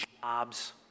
jobs